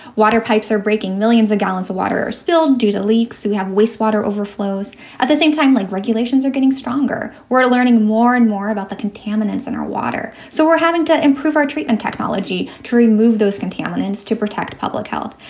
water pipes are breaking. millions of gallons of water spilled due to leaks. we have wastewater overflows at the same time, like regulations are getting stronger. we're learning more and more about the contaminants in our water. so we're having to improve our trade and technology to remove those contaminants, to protect public health.